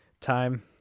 time